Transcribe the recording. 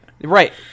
Right